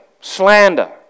slander